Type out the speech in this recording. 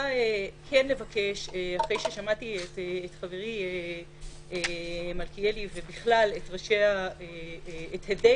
אחרי ששמעתי את חברי מלכיאלי ובכלל את הדי